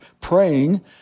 praying